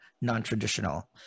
non-traditional